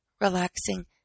relaxing